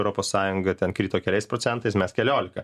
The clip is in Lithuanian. europos sąjunga ten krito keliais procentais mes keliolika